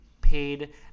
paid